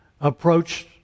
approached